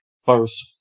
first